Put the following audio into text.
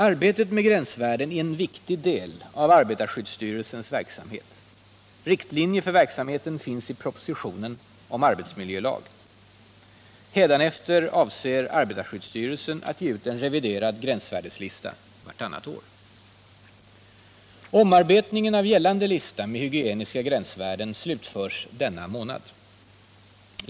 Arbetet med gränsvärden är en viktig del av arbetarskyddsstyrelsens verksamhet. Riktlinjer för verksamheten finns i propositionen om arbetsmiljölag. Hädanefter avser arbetarsstyrelsen att ge ut en reviderad gränsvärdeslista vartannat år. Omarbetningen av gällande lista med hygieniska gränsvärden slutförs denna månad.